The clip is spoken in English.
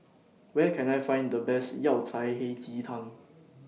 Where Can I Find The Best Yao Cai Hei Ji Tang